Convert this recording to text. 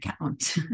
account